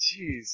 Jeez